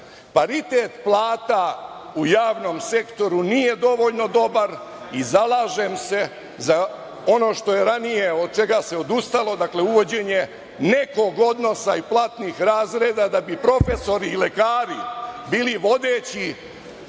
paritet plata u javnom sektoru nije dovoljno dobar i zalažem se za ono što je ranije, od čega se odustalo, dakle, uvođenje nekog odnosa i platnih razreda, da bi profesori i lekari bili vodeći